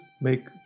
make